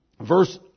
Verse